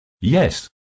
Yes